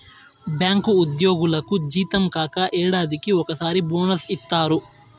bank ఉద్యోగులకు జీతం కాక ఏడాదికి ఒకసారి బోనస్ ఇత్తారు